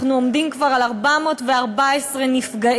אנחנו עומדים כבר על 414 נפגעים,